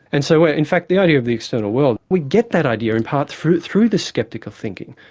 and so ah in fact the idea of the external world, we get that idea in part through through the sceptic of thinking.